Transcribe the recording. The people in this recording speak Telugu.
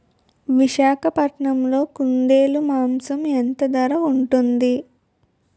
విశాఖపట్నంలో కుందేలు మాంసం ఎంత ధర ఉంటుంది?